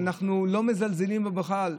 שאנחנו לא מזלזלים בו בכלל,